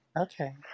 Okay